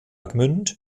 gmünd